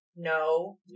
No